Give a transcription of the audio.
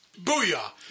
booyah